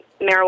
marijuana